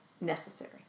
necessary